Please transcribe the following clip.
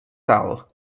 tal